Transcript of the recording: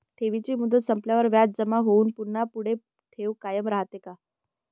ठेवीची मुदत संपल्यावर व्याज जमा होऊन पुन्हा पुढे ठेव कायम राहते का?